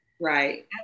right